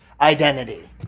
identity